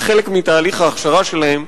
כחלק מתהליך ההכשרה שלהם,